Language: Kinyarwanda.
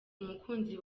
umukunzi